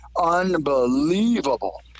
unbelievable